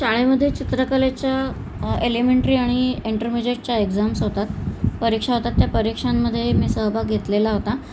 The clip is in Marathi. शाळेमध्ये चित्रकलेच्या एलिमेंटरी आणि इंटरमिजिएटच्या एक्झाम्स होतात परीक्षा होतात त्या परीक्षांमध्ये मी सहभाग घेतलेला होता